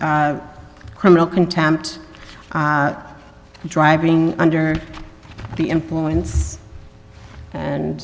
of criminal contempt driving under the influence and